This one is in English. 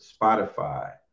Spotify